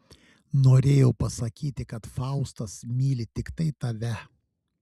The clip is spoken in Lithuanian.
norėjau pasakyti kad faustas myli tiktai tave